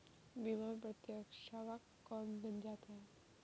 बीमा में प्रस्तावक कौन बन सकता है?